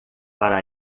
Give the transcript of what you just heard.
para